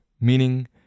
meaning